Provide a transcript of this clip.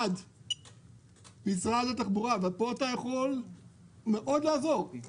1. על משרד התחבורה ופה אתה יכול לעזור מאוד,